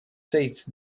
seats